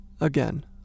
Again